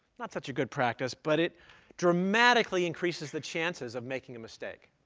not such a good practice, but it dramatically increases the chances of making a mistake.